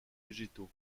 végétaux